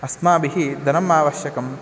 अस्मभ्यं धनम् आवश्यकं